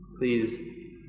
Please